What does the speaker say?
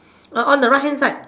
uh on the right hand side